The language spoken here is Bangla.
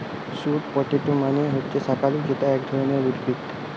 স্যুট পটেটো মানে হচ্ছে শাকালু যেটা এক ধরণের উদ্ভিদ